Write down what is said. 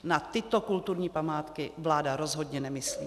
Na tyto kulturní památky vláda rozhodně nemyslí.